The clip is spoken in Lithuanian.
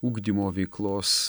ugdymo veiklos